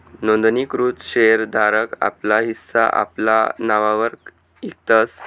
नोंदणीकृत शेर धारक आपला हिस्सा आपला नाववर इकतस